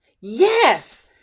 yes